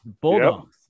Bulldogs